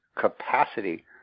capacity